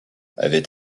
avait